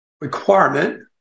requirement